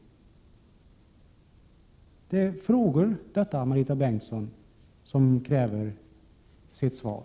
Detta är, Marita Bengtsson, frågor som kräver ett svar.